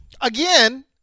Again